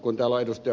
kun ed